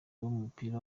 w’umupira